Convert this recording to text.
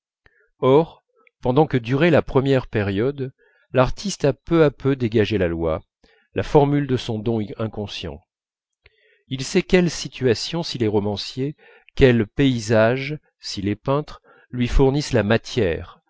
or pendant que durait la première période l'artiste a peu à peu dégagé la loi la formule de son inconscient il sait quelles situations s'il est romancier quels paysages s'il est peintre lui fournissent la matière